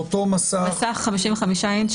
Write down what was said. מסך 55 אינץ'.